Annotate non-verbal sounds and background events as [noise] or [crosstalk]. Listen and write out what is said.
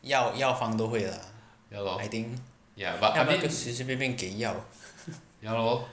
药药房都会啦 I think 要不然就随随便便给药 [laughs]